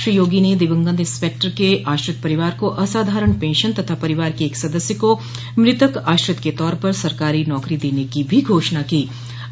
श्री योगी ने दिवंगत इंस्पेक्टर के आश्रित परिवार को असाधारण पेंशन तथा परिवार के एक सदस्य को मृतक आश्रित के तौर पर सरकारी नौकरी देने की भी घोषणा की है